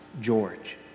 George